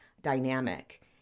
dynamic